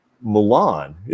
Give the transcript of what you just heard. Milan